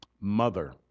mother